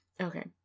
Okay